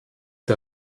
der